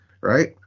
right